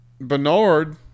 Bernard